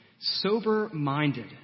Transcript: sober-minded